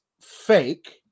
fake